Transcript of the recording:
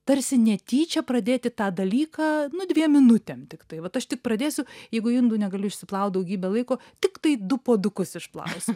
tarsi netyčia pradėti tą dalyką nu dviem minutėm tiktai vat aš tik pradėsiu jeigu indų negaliu išsiplaut daugybę laiko tiktai du puodukus išplausiu